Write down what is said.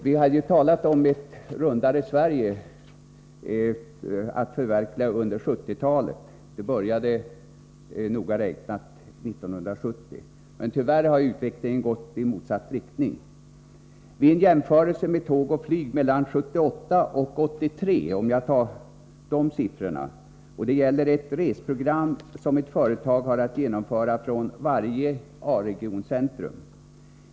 Vi talade tidigare om att under 1970-talet förverkliga ett rundare Sverige — det började noga räknat 1970. Tyvärr har utvecklingen gått i motsatt riktning. Jag kan ta en jämförelse med tåg och flyg mellan 1978 och 1983 när det gäller ett reseprogram som ett företag har att genomföra från ett A regioncentrum.